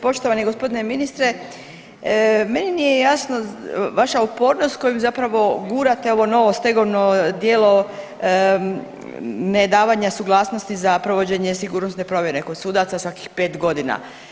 Poštovani g. ministre, meni nije jasno vaša upornost kojom zapravo gurate ovo novo stegovno djelo nedavanja suglasnosti za provođenje sigurnosne provjere kod sudaca svakih 5.g.